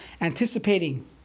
anticipating